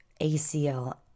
ACL